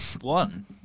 one